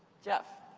jeff.